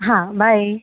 હા બાય